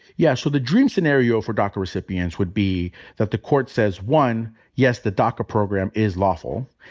yeah, so the dream scenario for daca recipients would be that the court says one yes, the daca program is lawful.